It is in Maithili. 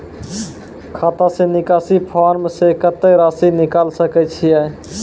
खाता से निकासी फॉर्म से कत्तेक रासि निकाल सकै छिये?